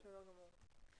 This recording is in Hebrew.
בסדר גמור.